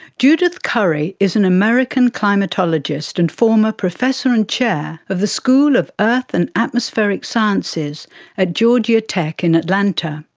judith curry is an american climatologist and former professor and chair of the school of earth and atmospheric sciences at georgia tech in atlanta.